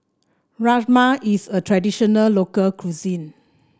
rajma is a traditional local cuisine